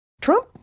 Trump